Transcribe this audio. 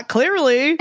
Clearly